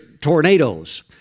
tornadoes